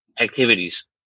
activities